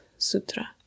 sutra